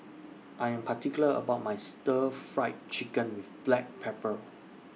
I'm particular about My Stir Fried Chicken with Black Pepper